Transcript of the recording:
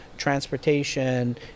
transportation